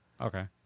Okay